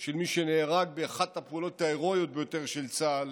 של מי שנהרג באחת הפעולות ההירואיות ביותר של צה"ל,